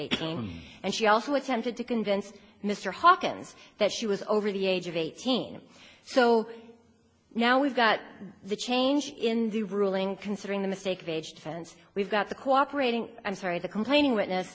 eighteen and she also attempted to convince mr hawkins that she was over the age of eighteen so now we've got the change in the ruling considering the mistake of age defense we've got the cooperating i'm sorry the complaining witness